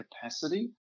capacity